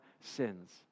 sins